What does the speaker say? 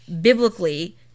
biblically